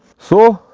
so,